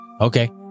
Okay